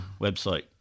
website